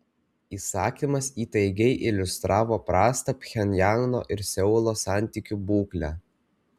įsakymas įtaigiai iliustravo prastą pchenjano ir seulo santykių būklę